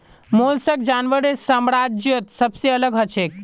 mollusc जानवरेर साम्राज्यत सबसे अलग हछेक